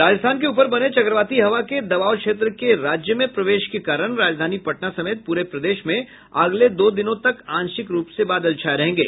राजस्थान के ऊपर बने चक्रवाती हवा के दबाव क्षेत्र के राज्य में प्रवेश के कारण राजधानी पटना समेत पूरे प्रदेश में अगले दो दिनों तक आंशिक रूप से बादल छाये रहेंगे